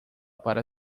para